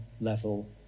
level